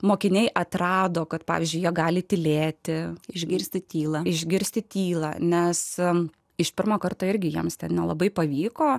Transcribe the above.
mokiniai atrado kad pavyzdžiui jie gali tylėti išgirsti tylą išgirsti tylą nesam iš pirmą kartą irgi jiems nelabai pavyko